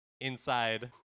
inside